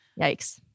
Yikes